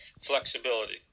flexibility